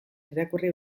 irakurri